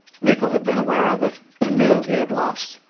miko had been aware of it, and knew he had lost.